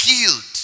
killed